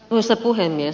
arvoisa puhemies